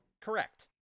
Correct